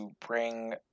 bring